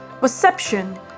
perception